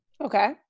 Okay